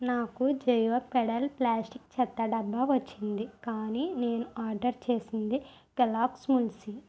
నాకు Joyo pedal plastic చెత్తడబ్బా వచ్చింది కానీ నేను ఆర్డర్ చేసింది కెలాగ్స్ ముయెస్లీ